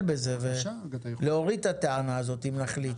בזה ולהוריד את הטענה הזאת אם נחליט.